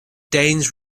danes